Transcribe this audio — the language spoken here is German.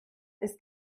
ist